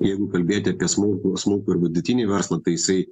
jeigu kalbėti apie smulkų smulkųjį ir vidutinį verslą tai jisai